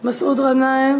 מסעוד גנאים,